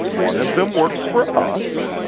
one of them works for us,